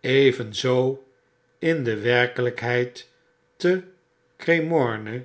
evenzoo in de werkeljjkheid te cremorne